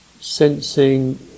sensing